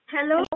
Hello